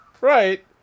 right